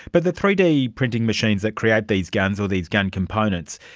but the three d printing machines that create these guns or these gun components,